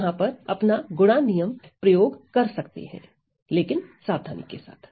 हम यहां पर अपना गुणा नियम प्रयोग कर सकते हैं लेकिन सावधानी के साथ